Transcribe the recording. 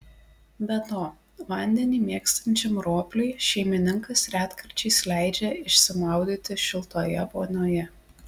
be to vandenį mėgstančiam ropliui šeimininkas retkarčiais leidžia išsimaudyti šiltoje vonioje